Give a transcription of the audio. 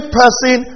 person